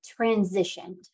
transitioned